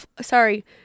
sorry